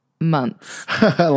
months